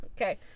Okay